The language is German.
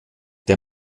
der